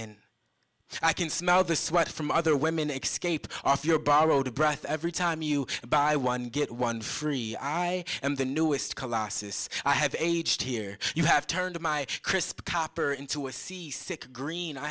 and i can smell the sweat from other women xscape off your borrowed breath every time you buy one get one free i and the newest colossus i have aged here you have turned my crisp copper into a sea sick green i